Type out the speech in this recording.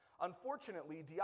Unfortunately